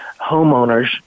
homeowners